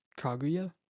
Kaguya